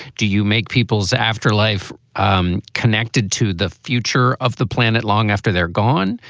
do you make people's afterlife um connected to the future of the planet long after they're gone?